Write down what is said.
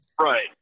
right